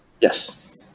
Yes